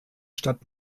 stadt